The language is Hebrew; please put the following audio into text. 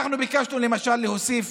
אנחנו ביקשנו, למשל, להוסיף